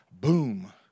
boom